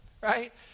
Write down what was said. right